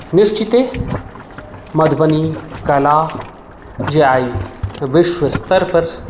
निश्चिते मधुबनी कला जे आइ विश्वस्तरपर